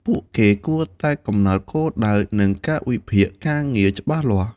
ពួកគេគួរតែកំណត់គោលដៅ និងកាលវិភាគការងារច្បាស់លាស់។